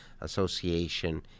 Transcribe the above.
Association